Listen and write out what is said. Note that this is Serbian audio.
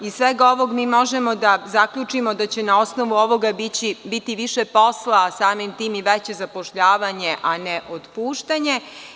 Iz svega ovog mi možemo da zaključimo da će na osnovu ovoga biti više posla, a samim tim i veće zapošljavanje, a ne otpuštanje.